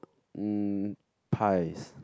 mm pies